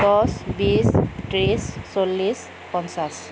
দহ বিছ ত্ৰিছ চল্লিছ পঞ্চাছ